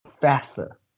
faster